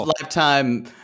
Lifetime